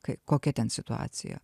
kai kokia ten situacija